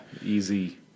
Easy